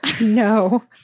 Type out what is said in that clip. no